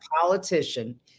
politician